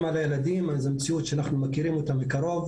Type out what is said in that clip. משפחה שמגיעה לרווחה,